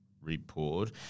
Report